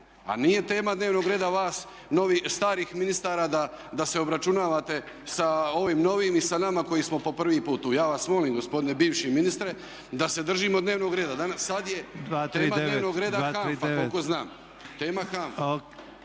a nije tema dnevnog reda vas starih ministara da se obračunavate sa ovim novim i sa nama koji smo po prvi put tu. Ja vas molim gospodine bivši ministre da se držimo dnevnog reda. Sad je tema dnevnog reda HANFA koliko znam, tema HANFA.